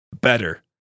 better